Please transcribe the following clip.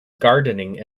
gardening